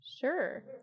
Sure